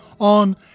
on